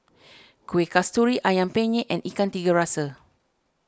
Kueh Kasturi Ayam Penyet and Ikan Tiga Rasa